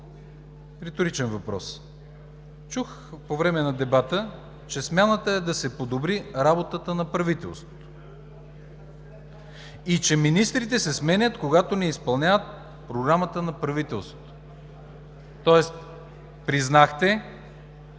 Реторичен въпрос. Чух по време на дебата, че смяната е да се подобри работата на правителството и че министрите се сменят, когато не изпълняват Програмата на правителството. Тоест признахте,